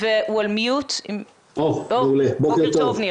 בוקר טוב.